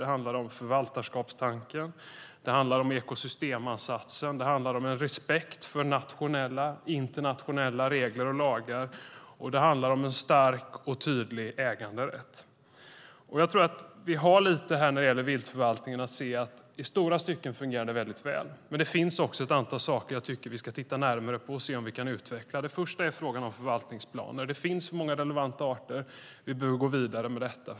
Det handlar om förvaltarskapstanken, om ekosystemsansatsen, om en respekt för nationella och internationella regler och lagar och om en stark och tydlig äganderätt. Viltförvaltningen fungerar i stora stycken mycket väl. Men det finns också ett antal saker som jag tycker att vi ska titta närmare på för att se om vi kan utveckla dem. Det första är frågan om förvaltningsplaner. Det finns många relevanta arter, och vi behöver gå vidare med detta.